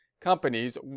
companies